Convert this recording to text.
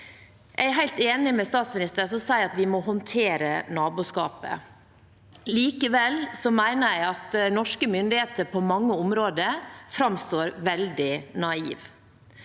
Jeg er helt enig med statsministeren, som sier at vi må håndtere naboskapet. Likevel mener jeg at norske myndigheter på mange områder framstår veldig naive.